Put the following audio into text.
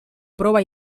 prova